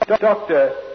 Doctor